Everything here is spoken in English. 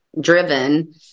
driven